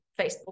Facebook